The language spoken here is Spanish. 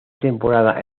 temporada